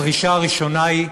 הדרישה הראשונה היא,